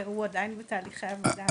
והוא עדיין בתהליכי עבודה.